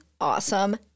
awesome